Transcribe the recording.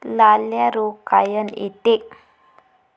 लाल्या रोग कायनं येते?